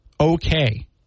okay